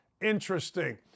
interesting